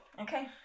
Okay